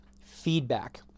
feedback